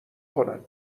کنن